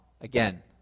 again